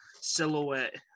silhouette